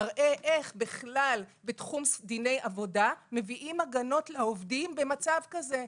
מראה איך בתחום דיני עבודה מביאים הגנות לעובדים במצב כזה.